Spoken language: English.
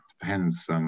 depends